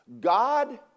God